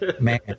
man